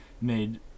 Made